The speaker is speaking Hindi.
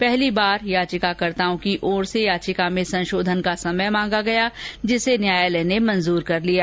पहली बार याचिकाकर्ताओं की ओर से याचिका में संशोधन का समय मांगा गया जिसे न्यायालय ने मंजुर कर लिया